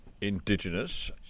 Indigenous